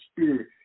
Spirit